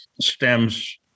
stems